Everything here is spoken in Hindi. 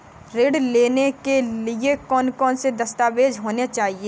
ऋण लेने के लिए कौन कौन से दस्तावेज होने चाहिए?